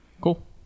Cool